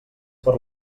per